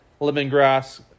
lemongrass